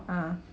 ah